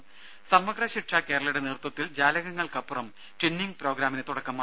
രും സമഗ്ര ശിക്ഷ കേരളയുടെ നേത്വത്വത്തിൽ ജാലകങ്ങൾക്കപ്പുറം ട്വിന്നിംഗ് പ്രോഗ്രാമിന് തുടക്കമായി